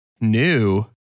new